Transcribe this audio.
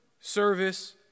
service